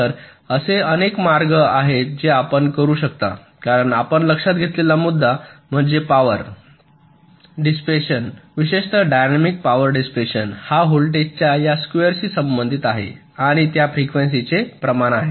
तर असे अनेक मार्ग आहेत जे आपण करू शकता कारण आपण लक्षात घेतलेला मुद्दा म्हणजे पॉवर डिसिपॅशन विशेषत डायनॅमिक पॉवर डिसिपॅशन हा व्होल्टेजच्या या स्क्युअर शी संबंधित आहे आणि त्या फ्रिक्वेन्सी चे प्रमाण आहे